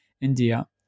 India